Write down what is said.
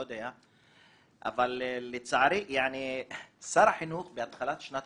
אבל לצערי שר החינוך בהתחלת שנת